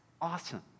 awesome